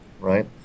right